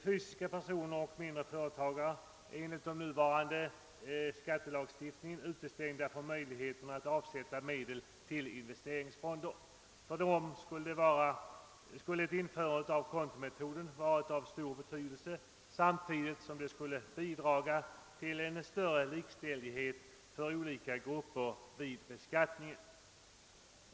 Fysiska personer och mindre företagare är enligt nuvarande skattelagstiftning utestängda från möjligheten att avsätta medel till investeringsfonder. För dem skulle ett införande av kontometoden vara av stor betydelse samtidigt som det skulle bidra till en likställighet för olika grupper vid beskattningen.